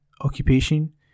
Occupation